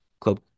Club